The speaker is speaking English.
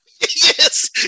Yes